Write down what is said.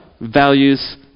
values